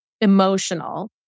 emotional